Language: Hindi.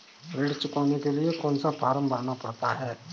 ऋण चुकाने के लिए कौन सा फॉर्म भरना पड़ता है?